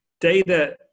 data